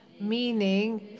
meaning